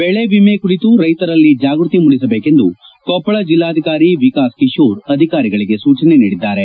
ಬೆಳೆ ಎಮೆ ಕುರಿತು ರೈತರಲ್ಲಿ ಜಾಗೃತಿ ಮೂಡಿಸಬೇಕೆಂದು ಕೊಪ್ಪಳ ಜಿಲ್ಲಾಧಿಕಾರಿ ವಿಕಾಸ್ ಕಿಶೋರ್ ಅಧಿಕಾರಿಗಳಿಗೆ ಸೂಚನೆ ನೀಡಿದ್ದಾರೆ